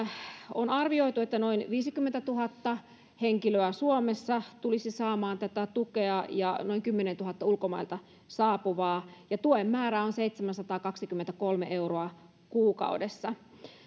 on arvioitu että noin viisikymmentätuhatta henkilöä suomessa tulisi saamaan tätä tukea ja noin kymmeneltätuhannelta ulkomailta saapuvaa ja tuen määrä on seitsemänsataakaksikymmentäkolme euroa kuukaudessa